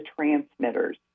transmitters